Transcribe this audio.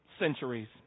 centuries